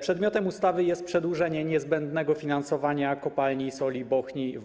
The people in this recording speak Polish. Przedmiotem ustawy jest przedłużenie niezbędnego finansowania kopalni soli w